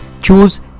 Choose